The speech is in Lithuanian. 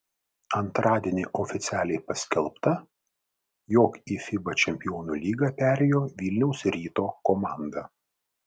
antradienį oficialiai paskelbta jog į fiba čempionų lygą perėjo vilniaus ryto komanda